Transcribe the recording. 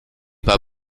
pas